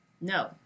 No